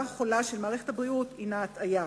החולה של מערכת הבריאות היא הטעיה.